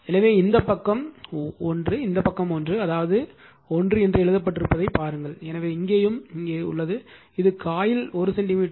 எனவே இந்த பக்கம் 1 இந்த பக்கம் 1 அதாவது 1 என்று எழுதப்பட்டிருப்பதை பாருங்கள் எனவே இங்கேயும் இங்கே உள்ளது இது காயில் 1 சென்டிமீட்டர்